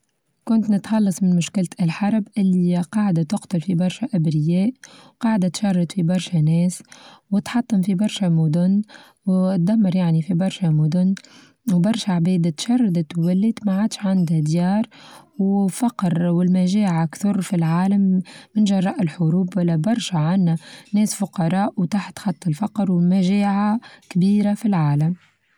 كنت نتخلص من مشكلة الحرب اللي قاعدة تقتل في برشا أبرياء قاعدة تشرد في برشا ناس وتحطم في برشا مدن وتدمر يعني في برشا مدن وبرشا عباد تشردت وولات ما عادش عندها ديار وفقر والمجاعة كثر في العالم جراء الحروب ولا برشا عنا ناس فقراء وتحت خط الفقر والمجاعة كبيرة في العالم.